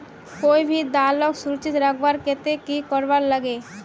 कोई भी दालोक सुरक्षित रखवार केते की करवार लगे?